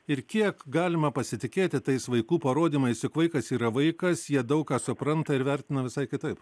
ir kiek galima pasitikėti tais vaikų parodymais jog vaikas yra vaikas jie daug ką supranta ir vertina visai kitaip